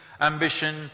ambition